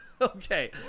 Okay